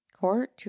court